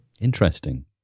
Interesting